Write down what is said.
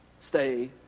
stay